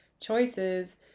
choices